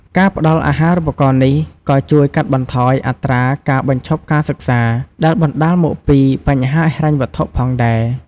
ការផ្ដល់អាហារូបករណ៍នេះក៏ជួយកាត់បន្ថយអត្រាការបញ្ឈប់ការសិក្សា ដែលបណ្ដាលមកពីបញ្ហាហិរញ្ញវត្ថុផងដែរ។